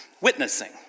witnessing